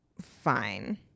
fine